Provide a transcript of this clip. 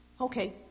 Okay